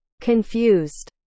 Confused